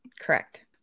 correct